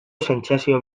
sentsazio